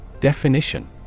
Definition